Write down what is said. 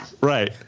Right